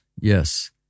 Yes